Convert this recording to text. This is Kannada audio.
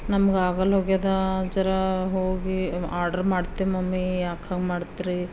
ನಮ್ಗೆ ಆಗಲ್ಲ ಹೋಗ್ಯದ ಜರ ಹೋಗಿ ಆಡ್ರ್ ಮಾಡ್ತೆ ಮಮ್ಮಿ ಯಾಕೆ ಹಂಗೆ ಮಾಡ್ತೀರಿ